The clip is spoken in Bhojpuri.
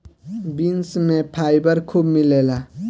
बीन्स में फाइबर खूब मिलेला